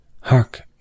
Hark